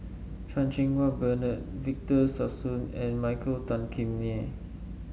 Chan Cheng Wah Bernard Victor Sassoon and Michael Tan Kim Nei